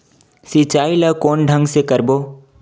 सिंचाई ल कोन ढंग से करबो?